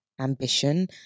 ambition